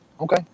okay